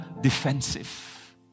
defensive